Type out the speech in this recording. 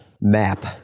map